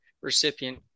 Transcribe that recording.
recipient